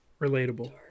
relatable